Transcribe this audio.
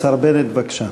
השר בנט, בבקשה.